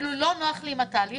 לא נוח לי עם התהליך,